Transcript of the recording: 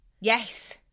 Yes